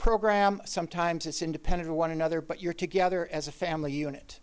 program sometimes it's independent of one another but you're together as a family unit